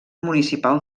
municipal